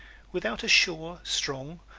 without a sure, strong,